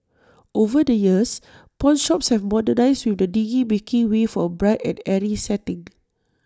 over the years pawnshops have modernised with the dingy making way for A bright and airy setting